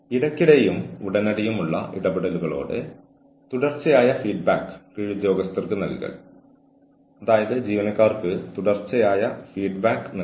target ചെയ്ത ജീവനക്കാരന്റെ ജോലിയുടെ ക്രെഡിറ്റ് മറ്റ് തൊഴിലാളികൾക്ക് നൽകുക അല്ലെങ്കിൽ ടാർഗെറ്റു ചെയ്ത ജീവനക്കാരന് ക്രെഡിറ്റ് നിഷേധിക്കുന്നത് മറ്റൊന്നാണ്